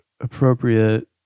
appropriate